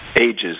ages